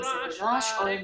או אם